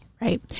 Right